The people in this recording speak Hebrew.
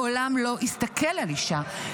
מעולם לא הסתכל על אישה,